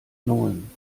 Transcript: neun